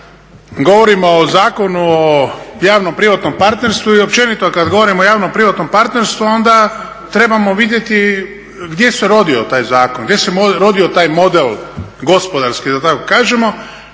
kada govorimo o javno-privatnom partnerstvu onda trebamo vidjeti gdje se rodio taj zakon, gdje se rodio taj model gospodarski, da tako kažemo,